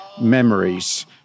Memories